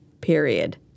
Period